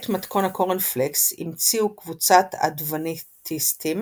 את מתכון הקורנפלקס המציאו קבוצת אדוונטיסטים